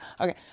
okay